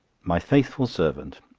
my faithful servant,